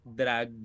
drag